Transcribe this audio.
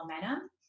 momentum